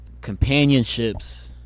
Companionships